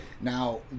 Now